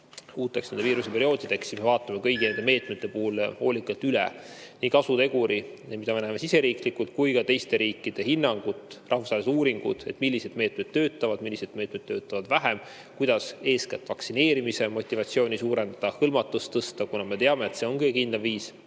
uuteks viiruseperioodideks, siis vaatame kõigi meetmete puhul hoolikalt üle nii kasuteguri, mida me näeme riigis sees, kui ka teiste riikide hinnangud ja rahvusvahelised uuringud selle kohta, millised meetmed töötavad, millised meetmed töötavad vähem, kuidas eeskätt vaktsineerimise motivatsiooni suurendada ja hõlmatust tõsta, kuna me teame, et see on kõige kindlam viis